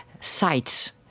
sites